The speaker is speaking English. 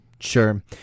Sure